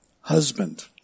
husband